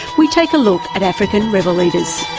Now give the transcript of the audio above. we take a look at african rebel leaders.